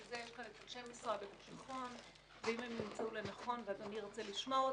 אם ימצאו לנכון אנשי משרד הביטחון ואני ארצה לשמוע אותם,